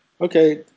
okay